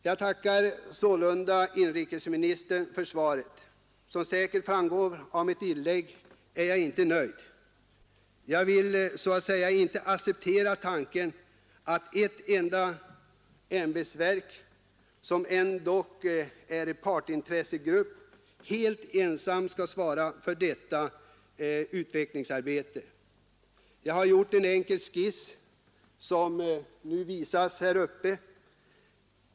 Jag tackar sålunda inrikesministern för svaret. Såsom säkert framgår av mitt inlägg är jag inte helt nöjd. Jag vill inte helt acceptera tanken att ett enda ämbetsverk — som ändå är en partsintressegrupp — helt ensamt skall svara för detta utvecklingsarbete. Jag har gjort en enkel skiss, som nu visas på TV-skärmen.